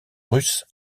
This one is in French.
russe